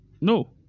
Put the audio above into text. no